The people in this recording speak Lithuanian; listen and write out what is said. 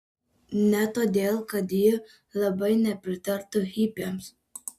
ne todėl kad ji labai nepritartų hipiams